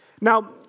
Now